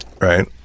Right